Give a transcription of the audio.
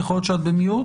יכול להיות שאת ב-Mute.